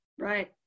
Right